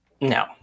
No